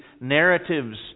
narratives